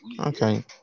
okay